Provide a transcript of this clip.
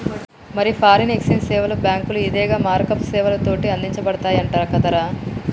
మరి foreign exchange సేవలు బాంకులు, ఇదిగే మారకపు సేవలతోటి అందించబడతయంట కదరా